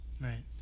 Right